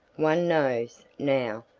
one knows, now,